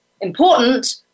important